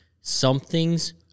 something's